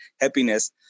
happiness